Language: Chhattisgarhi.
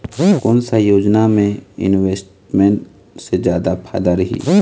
कोन सा योजना मे इन्वेस्टमेंट से जादा फायदा रही?